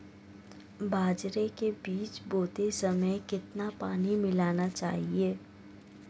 बाजरे के बीज बोते समय कितना पानी मिलाना चाहिए?